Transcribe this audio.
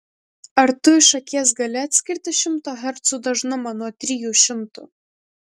ar tu iš akies gali atskirti šimto hercų dažnumą nuo trijų šimtų